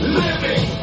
living